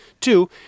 Two